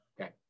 Okay